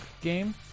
game